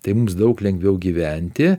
tai mums daug lengviau gyventi